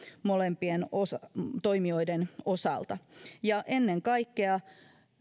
molempien toimijoiden osalta ennen kaikkea